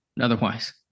otherwise